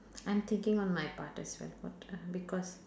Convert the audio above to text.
I'm thinking on my part as well what uh because